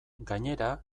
gainera